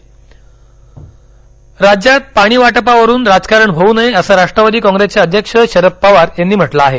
शरद पवार राज्यात पाणी वाटपावरून राजकारण होऊ नये असं राष्ट्रवादी कॉप्रेसचे अध्यक्ष शरद पवार यांनी म्हटलं आहे